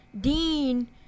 Dean